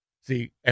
See